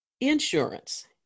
insurance